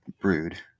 brood